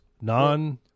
non